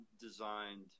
designed